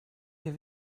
wir